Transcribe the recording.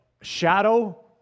shadow